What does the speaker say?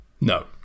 No